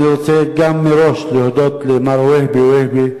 אני רוצה גם מראש להודות למר והבה והבה,